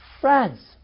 France